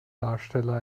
darsteller